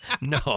No